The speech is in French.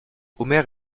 omer